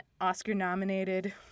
Oscar-nominated